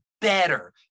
better